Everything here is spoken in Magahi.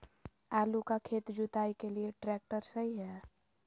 आलू का खेत जुताई के लिए ट्रैक्टर सही है?